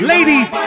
Ladies